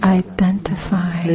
identify